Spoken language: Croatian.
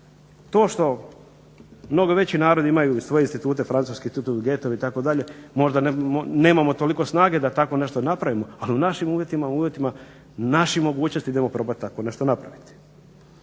To što mnogo veći narodi imaju i svoje institute …/Govornik se ne razumije./… itd. Možda nemamo toliko snage da tako nešto napravimo, ali u našim uvjetima, u uvjetima naših mogućnosti idemo probati tako nešto napraviti.